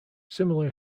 similar